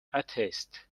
atheist